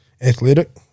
athletic